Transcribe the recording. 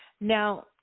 Now